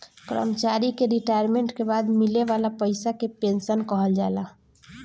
कर्मचारी के रिटायरमेंट के बाद मिले वाला पइसा के पेंशन कहल जाला